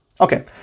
Okay